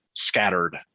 scattered